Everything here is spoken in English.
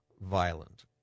violent